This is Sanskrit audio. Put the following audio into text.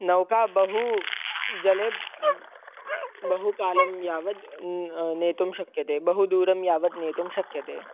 नौका बहुजले बहुकालं यावत् नेतुं शक्यते बहु दूरं यावत् नेतुं शक्यते